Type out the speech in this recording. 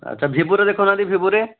ଆଚ୍ଛା ଭିବୋରେ ଦେଖାଉନାହାନ୍ତି ଭିବୋରେ